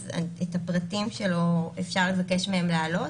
אז את הפרטים שלו אפשר לבקש מהם להעלות.